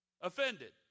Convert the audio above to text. offended